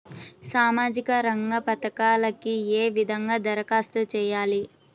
సామాజిక రంగ పథకాలకీ ఏ విధంగా ధరఖాస్తు చేయాలి?